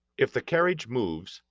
if the carriage moves,